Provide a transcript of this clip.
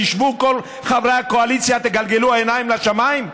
תשבו כל חברי הקואליציה, תגלגלו עיניים לשמיים?